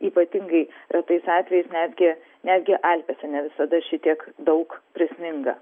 ypatingai retais atvejais netgi netgi alpėse ne visada šitiek daug prisninga